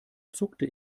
zuckte